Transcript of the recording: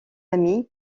amis